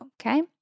okay